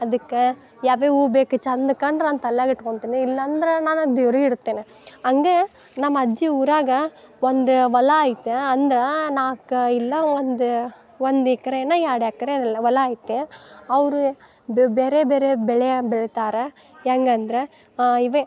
ಅದಕ್ಕೆ ಯಾವ ಯಾವ ಹೂ ಬೇಕು ಚಂದ ಕಂಡ್ರೆ ನನ್ನ ತಲ್ಯಾಗ ಇಟ್ಕೊತೀನಿ ಇಲ್ಲಾಂದ್ರೆ ನಾನು ಅದು ದೇವ್ರಿಗೆ ಇಡ್ತೇನೆ ಹಂಗೆ ನಮ್ಮ ಅಜ್ಜಿ ಊರಾಗ ಒಂದು ಹೊಲ ಐತ ಅಂದ್ರೆ ನಾಲ್ಕು ಇಲ್ಲ ಒಂದು ಒಂದು ಎಕ್ರೆನ ಎರಡು ಎಕ್ಕರೆ ಎ ಹೊಲ ಐತೆ ಅವರು ಬೇವ್ ಬೇರೆ ಬೇರೆ ಬೆಳೆಯ ಬೆಳಿತಾರ ಹೆಂಗಂದ್ರೆ ಇವೆ